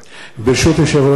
ברשות יושב-ראש הישיבה,